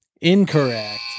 Incorrect